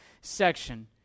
section